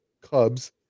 Cubs